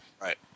Right